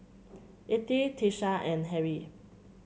Ethyl Tiesha and Harrie